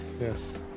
Yes